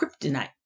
kryptonite